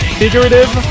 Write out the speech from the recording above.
figurative